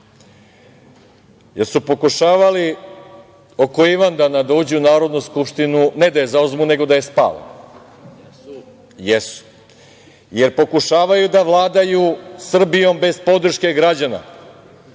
Jel su pokušavali oko Ivandana da uđu u Narodnu skupštinu, ne da je zauzmu, nego da je spale? Jesu. Jer pokušavaju da vladaju Srbijom bez podrške građana?